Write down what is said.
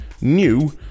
new